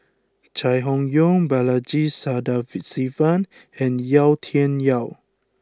Chai Hon Yoong Balaji Sadasivan and Yau Tian Yau